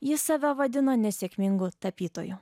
jis save vadino nesėkmingu tapytoju